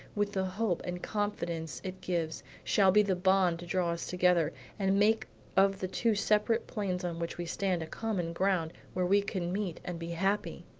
with the hope and confidence it gives, shall be the bond to draw us together and make of the two separate planes on which we stand, a common ground where we can meet and be happy.